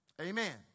Amen